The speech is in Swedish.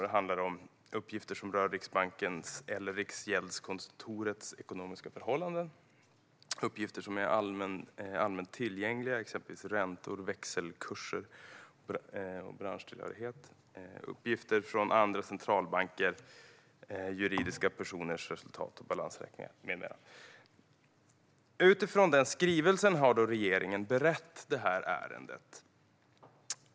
Det handlar om uppgifter som rör Riksbankens eller Riksgäldskontorets ekonomiska förhållanden, uppgifter som är allmänt tillgängliga, exempelvis gällande räntor, växelkurser och branschtillhörighet, uppgifter från andra centralbanker, uppgifter om juridiska personers resultat och balansräkningar med mera. Utifrån den skrivelsen har regeringen berett det här ärendet.